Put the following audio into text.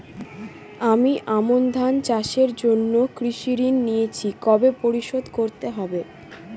আমি আমন ধান চাষের জন্য কৃষি ঋণ নিয়েছি কবে পরিশোধ করতে হবে?